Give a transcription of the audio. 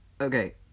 Okay